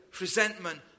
resentment